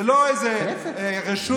זה לא איזה רשות נפרדת.